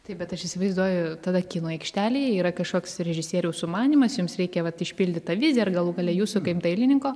taip bet aš įsivaizduoju tada kino aikštelėje yra kažkoks režisieriaus sumanymas jums reikia vat išpildyt tą viziją ir galų gale jūsų kaip dailininko